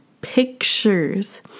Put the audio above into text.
pictures